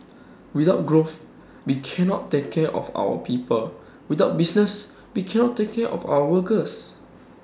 without growth we cannot take care of our people without business we cannot take care of our workers